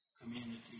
community